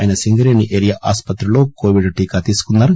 ఆయన సింగరేణి ఏరియా ఆసుపత్రిలో కోవిడ్ టీకా తీసుకున్నారు